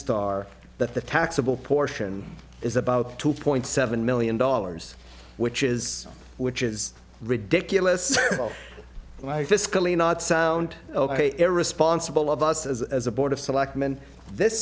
star that the taxable portion is about two point seven million dollars which is which is ridiculous and i fiscally not sound ok irresponsible of us as as a board of selectmen this